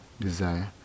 desire